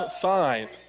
five